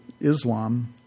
Islam